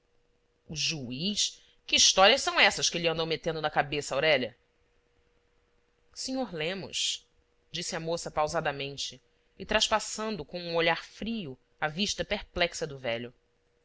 o juiz que histórias são essas que lhe andam metendo na cabeça aurélia sr lemos disse a moça pausadamente e traspassando com um olhar frio a vista perplexa do velho